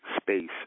space